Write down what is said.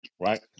Right